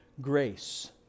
grace